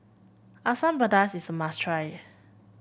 Asam Pedas is must try